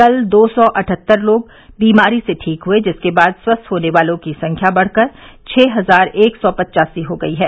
कल दो सौ अठहत्तर लोग बीमारी से ठीक हुए जिसके बाद स्वस्थ होने वालों की संख्या बढ़कर छः हजार एक सौ पचासी हो गई है